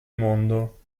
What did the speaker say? mondo